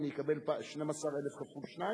אני אקבל 12,000 כפול שניים?